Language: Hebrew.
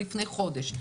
לפני חודש,